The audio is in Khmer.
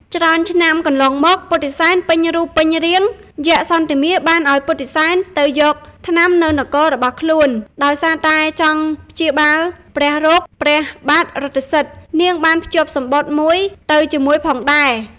ច្រើនឆ្នាំកន្លងមក ពុទ្ធិសែនពេញរូបពេញរាង យក្សសន្ធមារបានឲ្យពុទ្ធិសែនទៅយកថ្នាំនៅនគររបស់ខ្លួន ដោយសារតែចង់ព្យាបាលព្រះរោគព្រះបាទរថសិទ្ធិ នាងបានភ្ជាប់សំបុត្រមួយទៅជាមួយផងដែរ។